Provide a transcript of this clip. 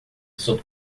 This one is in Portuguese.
sob